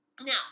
now